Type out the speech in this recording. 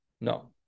no